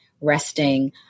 resting